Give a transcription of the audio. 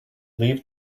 leave